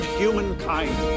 humankind